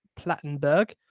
Plattenberg